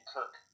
Kirk